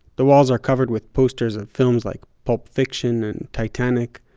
the walls are covered with posters of films like pulp fiction and titanic.